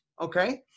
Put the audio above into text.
Okay